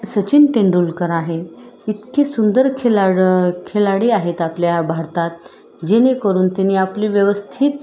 सचिन तेेंडुलकर आहे इतकीे सुंदर खेलाड खिलाडी आहेत आपल्या भारतात जेणेकरून त्यांनी आपली व्यवस्थित